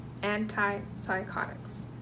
antipsychotics